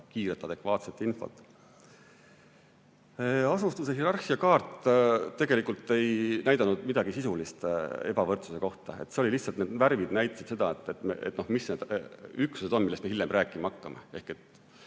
kiiret adekvaatset infot. Asustuse hierarhia kaart tegelikult ei näidanud midagi sisulist ebavõrdsuse kohta. Lihtsalt värvid näitasid, mis need üksused on, millest me hiljem rääkima hakkame.